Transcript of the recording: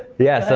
yeah, so